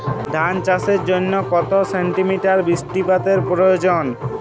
ধান চাষের জন্য কত সেন্টিমিটার বৃষ্টিপাতের প্রয়োজন?